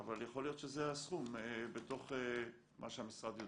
אבל יכול להיות שזה הסכום בתוך מה שהמשרד יודע.